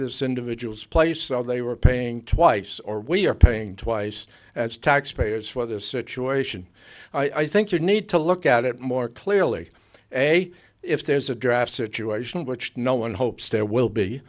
this individual's place while they were paying twice or we're paying twice as taxpayers for this situation i think you need to look at it more clearly if there's a draft situation which no one hopes there will be